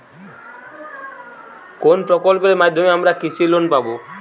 কোন প্রকল্পের মাধ্যমে আমরা কৃষি লোন পাবো?